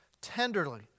tenderly